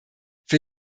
für